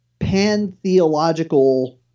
pantheological